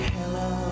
Hello